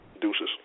deuces